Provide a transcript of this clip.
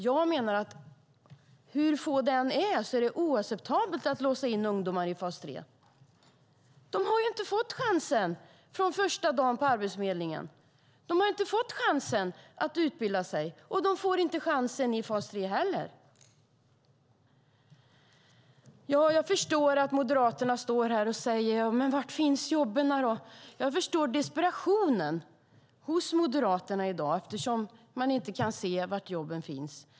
Jag menar att det är oacceptabelt att låsa in ungdomar i fas 3 hur få det än är. Från första dagen på Arbetsförmedlingen har de inte fått chansen att utbilda sig, och de får inte chansen i fas 3 heller. Jag förstår att ledamöterna från Moderaterna står här och säger: Ja, men var finns jobben då? Jag förstår desperationen hos Moderaterna i dag, eftersom man inte kan se var jobben finns.